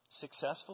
Successful